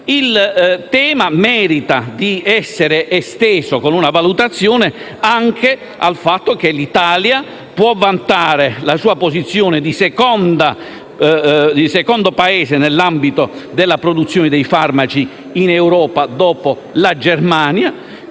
Il tema merita di essere esteso, con una valutazione, anche al fatto che l'Italia può vantare la sua posizione di secondo Paese nell'ambito della produzione di farmaci in Europa, dopo la Germania,